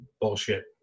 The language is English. bullshit